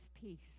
peace